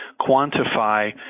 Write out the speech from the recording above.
quantify